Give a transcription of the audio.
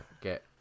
get